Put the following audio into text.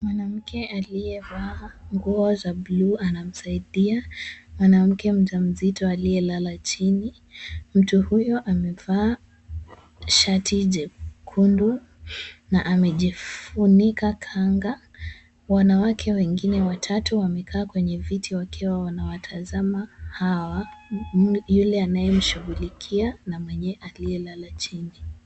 Mwanamke aliyevaa nguo za bluu anamsaidia mwanamke mjamzito aliyelala chini, mtu huyo amevaa shati jekundu na amejifunika kanga. Wanawake wengine watatu wamekaa kwenye viti wakiwa wanawatazama hawa yule anayemshughulikia na mwenye aliyelala chini.